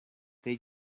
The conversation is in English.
they